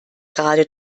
gerade